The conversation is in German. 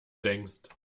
denkst